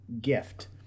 gift